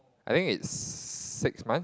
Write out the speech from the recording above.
I think it's six months